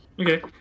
Okay